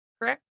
correct